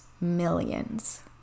millions